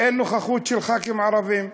אין נוכחות של חברי כנסת ערבים.